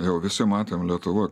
jau visi matėm lietuvoj